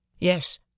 Yes